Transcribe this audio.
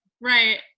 Right